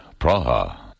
Praha